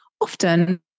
Often